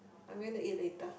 I'm going to eat later